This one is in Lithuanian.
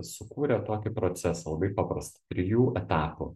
sukūrė tokį procesą labai paprastą trijų etapų